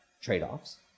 trade-offs